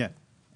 כן.